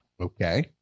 Okay